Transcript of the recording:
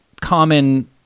common